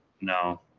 no